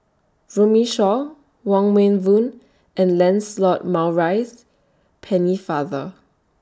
Runme Shaw Wong Meng Voon and Lancelot Maurice Pennefather